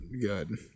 good